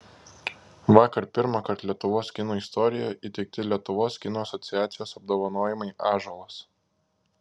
vakar pirmąkart lietuvos kino istorijoje įteikti lietuvos kino asociacijos apdovanojimai ąžuolas